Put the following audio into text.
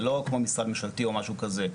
זה לא כמו משרד ממשלתי או משהו כזה.